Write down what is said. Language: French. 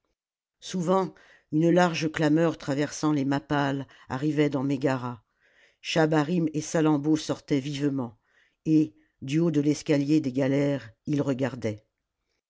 souvent une large clameur traversant les mappales arrivait dans mégara schahabarim et salammbô sortaient vivement et du haut de l'escalier des galères ils regardaient